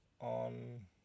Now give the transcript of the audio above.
on